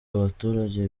abaturage